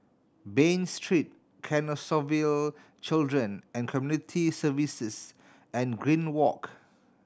Bain Street Canossaville Children and Community Services and Green Walk